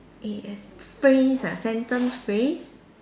A S phrase ah sentence phase